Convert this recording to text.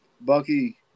Bucky